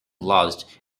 lodged